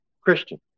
Christian